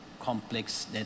complex